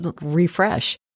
refresh